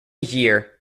year